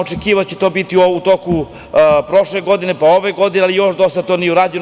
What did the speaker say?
Očekivao sam da će to biti u toku prošle godine, pa ove godine, ali još do sada to nije urađeno.